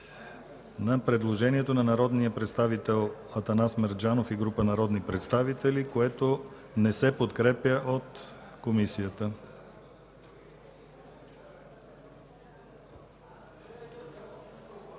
на предложението на народния представител Атанас Мерджанов и група народни представители, което не се подкрепя от Комисията.